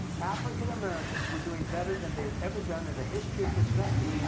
african-americans were doing better than they had ever done in the history of this country,